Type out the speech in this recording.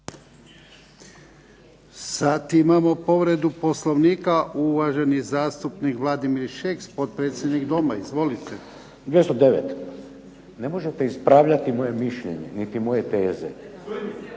Sada imamo povredu Poslovnika, uvaženi zastupnik Vladimir Šeks, potpredsjednik Doma. Izvolite. **Šeks, Vladimir (HDZ)** 209. ne možete ispravljati moje mišljenje, niti moje teze, tvrdnje.